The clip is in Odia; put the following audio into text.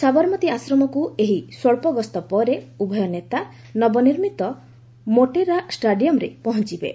ସାବରମତୀ ଆଶ୍ରମକୁ ଏହି ସ୍ୱଳ୍ପ ଗସ୍ତ ପରେ ଉଭୟ ନେତା ନବନିର୍ମିତ ମୋଟେରା ଷ୍ଟାଡିୟମ୍ରେ ପହଞ୍ଚବେ